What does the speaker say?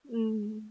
mm